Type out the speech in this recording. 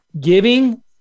giving